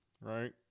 right